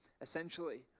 essentially